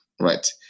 right